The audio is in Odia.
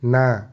ନା